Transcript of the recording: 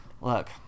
Look